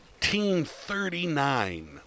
1939